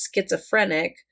schizophrenic